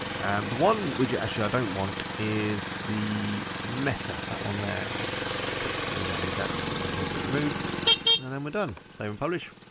and one widget actually i don't want is the meta, that one there's a bit, so you don't need that, so i'm just gonna click remove and then we're done. save and publish.